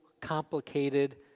complicated